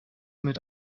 mit